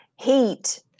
Heat